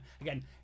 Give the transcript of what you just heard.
Again